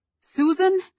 Susan